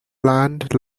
land